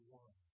one